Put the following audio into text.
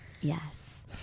Yes